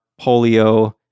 polio